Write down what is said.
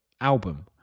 album